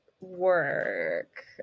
work